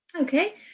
Okay